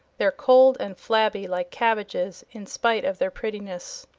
they're cold and flabby, like cabbages, in spite of their prettiness.